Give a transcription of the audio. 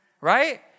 right